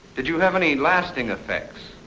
did you have any lasting effects?